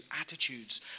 attitudes